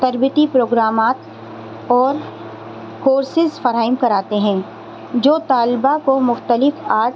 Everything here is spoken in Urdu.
تربتی پروگرامات اور کورسز فراہم کراتے ہیں جو طالبہ کو مختلف آرٹ